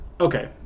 Okay